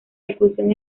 reclusión